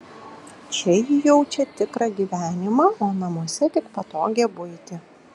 čia ji jaučia tikrą gyvenimą o namuose tik patogią buitį